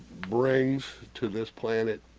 brings to this planet